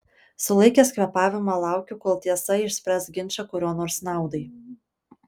sulaikęs kvėpavimą laukiu kol tiesa išspręs ginčą kurio nors naudai